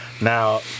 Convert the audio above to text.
Now